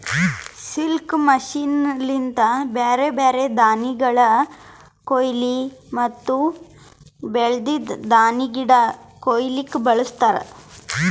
sickle machine ಲಿಂತ ಬ್ಯಾರೆ ಬ್ಯಾರೆ ದಾಣಿಗಳ ಕೋಯ್ಲಿ ಮತ್ತ ಬೆಳ್ದಿದ್ ದಾಣಿಗಿಡ ಕೊಯ್ಲುಕ್ ಬಳಸ್ತಾರ್